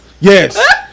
Yes